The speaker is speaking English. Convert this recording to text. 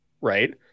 right